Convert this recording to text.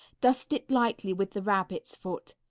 dust it lightly with the rabbit's foot.